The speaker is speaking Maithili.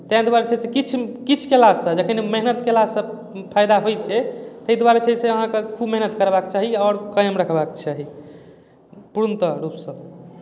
ताहि दुआरे जे छै से किछु किछु कयलासँ जखन मेहनति कयलासँ फायदा होइत छै ताहि दुआरे छै से अहाँके मेहनति करबाक चाही आओर कायम रखबाक चाही पूर्णतः रूपसँ